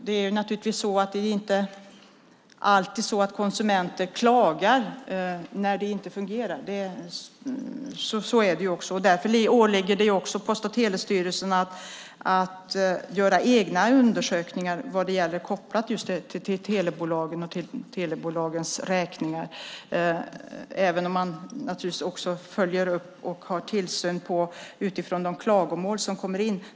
Det är inte alltid så att konsumenter klagar när det inte fungerar. Därför åligger det Post och telestyrelsen att göra egna undersökningar om telebolagen och telebolagens räkningar, även om man naturligtvis också följer upp och har tillsyn utifrån de klagomål som kommer in.